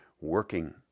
working